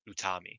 Utami